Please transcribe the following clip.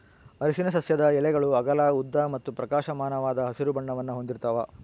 ಅರಿಶಿನ ಸಸ್ಯದ ಎಲೆಗಳು ಅಗಲ ಉದ್ದ ಮತ್ತು ಪ್ರಕಾಶಮಾನವಾದ ಹಸಿರು ಬಣ್ಣವನ್ನು ಹೊಂದಿರ್ತವ